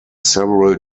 several